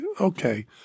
okay